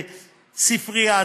ספרייה,